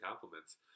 compliments